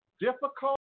difficult